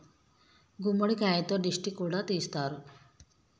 గుమ్మడికాయతో దిష్టి కూడా తీస్తారు